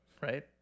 right